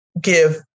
give